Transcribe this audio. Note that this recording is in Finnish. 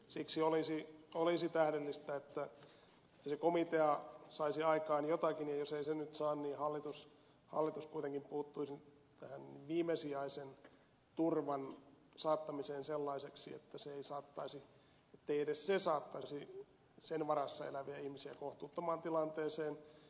siksi olisi tähdellistä että komitea saisi aikaan jotakin ja jos se ei nyt saa niin hallitus kuitenkin puuttuisi tähän viimesijaisen turvan saattamiseen sellaiseksi että se ei saattaisi sen varassa eläviä ihmisiä kohtuuttomaan tilanteeseen